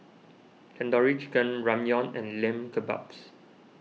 Tandoori Chicken Ramyeon and Lamb Kebabs